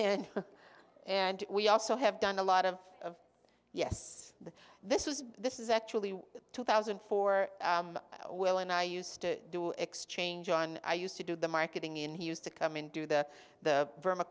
him and we also have done a lot of yes this was this is actually two thousand and four will and i used to do exchange on i used to do the marketing and he used to come and do the the burma